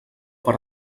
per